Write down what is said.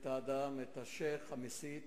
את האדם, את השיח' המסית